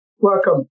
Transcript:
Welcome